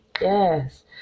yes